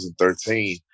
2013